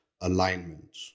alignment